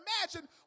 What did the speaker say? imagine